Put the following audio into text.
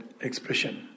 expression